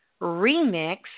remix